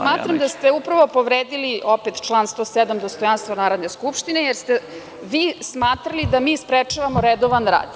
Smatram da ste upravo povredili opet član 107. dostojanstvo Narodne skupštine jer ste vi smatrali da mi sprečavamo redovan rad,